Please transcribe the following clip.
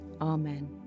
Amen